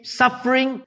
suffering